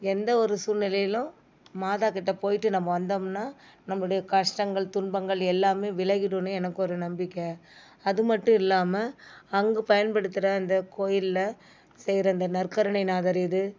எந்த ஒரு சூழ்நிலையிலும் மாதாக்கிட்ட போயிட்டு நம்ம வந்தோம்னா நம்முடைய கஷ்டங்கள் துன்பங்கள் எல்லாமே விலகிடுன்னு எனக்கு ஒரு நம்பிக்கை அது மட்டும் இல்லாமல் அங்கே பயன்படுத்துகிற அந்த கோயிலில் செய்கிற அந்த நற்கருணை நாகரிது